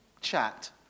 chat